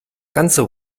ganze